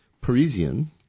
Parisian